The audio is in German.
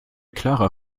klarer